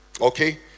okay